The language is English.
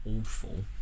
awful